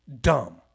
dumb